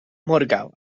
morgaŭ